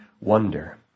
wonder